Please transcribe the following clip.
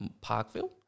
Parkville